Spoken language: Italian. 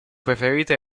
preferite